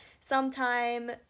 sometime